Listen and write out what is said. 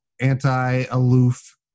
anti-aloof